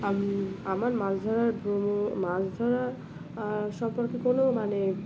আমি আমার মাছ ধরার মাছ ধরা সম্পর্কে কোনো মানে